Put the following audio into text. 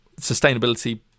sustainability